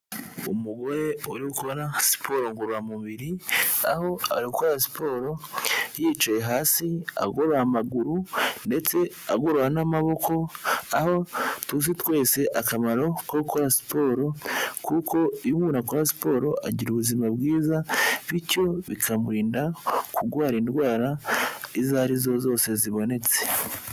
Umugore uri gukora siporo ngororamubiri aho akora siporo yicaye hasi agoro amaguru ndetse agorora n'amaboko aho tuzi twese akamaro ko gukora siporo kuko iyo umuntu akora siporo agira ubuzima bwiza, bityo bikamurinda kurwara indwara izo arizo zose zibonetse.